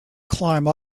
climb